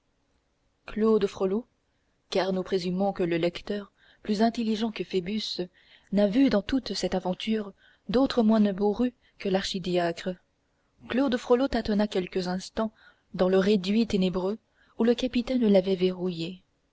claude frollo car nous présumons que le lecteur plus intelligent que phoebus n'a vu dans toute cette aventure d'autre moine bourru que l'archidiacre claude frollo tâtonna quelques instants dans le réduit ténébreux où le capitaine l'avait verrouillé